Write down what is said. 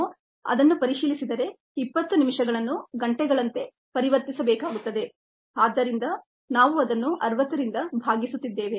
ನಾವು ಅದನ್ನು ಪರಿಶೀಲಿಸಿದರೆ 20 ನಿಮಿಷಗಳನ್ನು ಗಂಟೆಗಳಂತೆ ಪರಿವರ್ತಿಸಬೇಕಾಗುತ್ತದೆ ಆದ್ದರಿಂದ ನಾವು ಅದನ್ನು 60ರಿಂದ ಭಾಗಿಸುತ್ತಿದ್ದೇವೆ